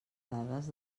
dades